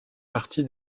partie